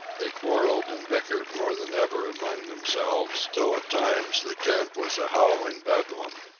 they quarrelled and bickered more than ever among themselves, till at times the camp was a howling bedlam.